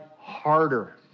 harder